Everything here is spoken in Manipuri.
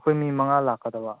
ꯑꯩꯈꯣꯏ ꯃꯤ ꯃꯉꯥ ꯂꯥꯛꯀꯗꯕ